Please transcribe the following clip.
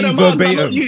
verbatim